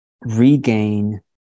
regain